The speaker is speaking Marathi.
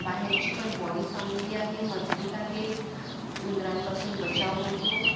बाहेरची पण बॉडी चांगली आहे मजबूत आहे उंदरांपासून बचाव होतो